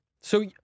So-